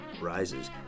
Rises